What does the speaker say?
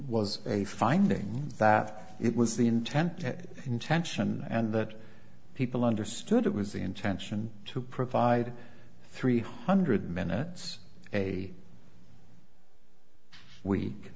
was a finding that it was the intent intention and that people understood it was the intention to provide three hundred minutes a week